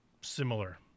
Similar